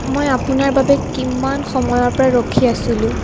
মই আপোনাৰ বাবে কিমান সময়ৰপৰা ৰখি আছিলোঁ